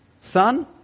Son